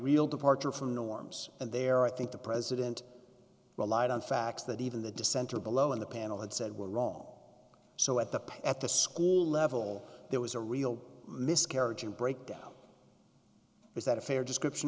real departure from norms and there i think the president relied on facts that even the dissenter below on the panel had said we're all so at the pet the school level there was a real miscarriage and breakdown is that a fair description